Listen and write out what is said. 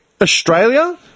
Australia